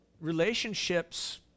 relationships